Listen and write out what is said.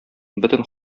бөтен